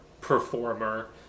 performer